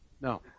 No